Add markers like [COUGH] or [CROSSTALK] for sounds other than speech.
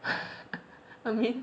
[LAUGHS] I mean